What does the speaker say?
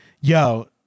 yo